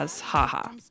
haha